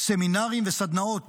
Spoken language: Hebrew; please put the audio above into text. סמינרים וסדנאות,